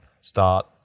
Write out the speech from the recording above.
start